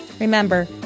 remember